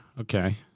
okay